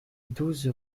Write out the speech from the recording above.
douze